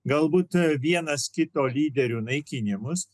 galbūt vienas kito lyderių naikinimus